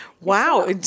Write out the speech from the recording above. Wow